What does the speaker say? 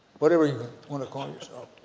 whatever you want to call yourself,